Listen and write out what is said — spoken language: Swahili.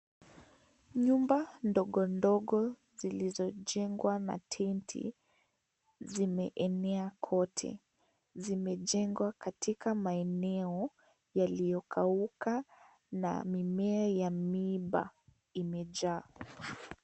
Nyumba ndogo ndogo zilizojengwa na tenti zimeenea kote. Zimejengwa katika maeneo yaliyokauka na mimea ya miba imejaa.